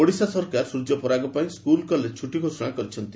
ଓଡ଼ିଶା ସରକାର ସ୍ୱର୍ଯ୍ୟପରାଗପାଇଁ school college ଛୁଟି ଘୋଷଣା କରିଛନ୍ତି